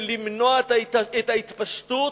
ולמנוע את ההתפשטות,